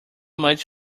much